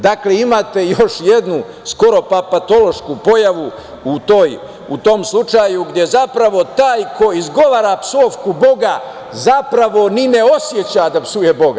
Dakle, imate još jednu, skoro pa patološku pojavu u tom slučaju, gde zapravo taj koji izgovara psovku Boga zapravo ni ne oseća da psuje Boga.